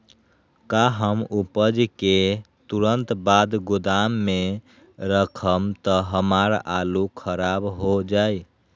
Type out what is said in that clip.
का हम उपज के तुरंत बाद गोदाम में रखम त हमार आलू खराब हो जाइ?